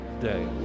day